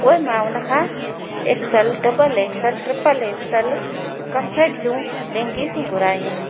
पोइ मां उन खां axel double axel triple axel कंफट जूं लैंगीसूं घुरायूं